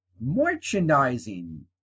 merchandising